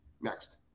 next